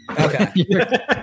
Okay